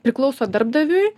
priklauso darbdaviui